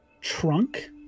trunk